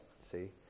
see